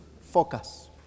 Focus